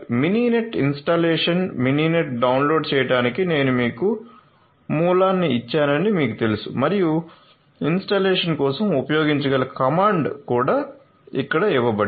మినినేట్ installation మినినెట్ను download చేయడానికి నేను మీకు మూలాన్ని ఇచ్చానని మీకు తెలుసు మరియు ఇన్స్టాలేషన్ కోసం ఉపయోగించగల కమాండ్ కూడా ఇక్కడ ఇవ్వబడింది